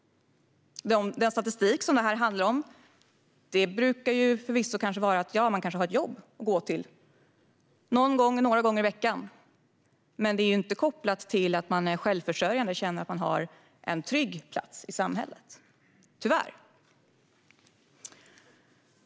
Statistiken brukar visa att man har ett jobb att gå till någon eller några gånger i veckan, men det är ju inte kopplat till att man är självförsörjande och känner att man har en trygg plats i samhället, tyvärr.